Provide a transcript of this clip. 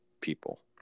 people